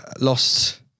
lost